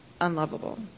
unlovable